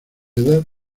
edad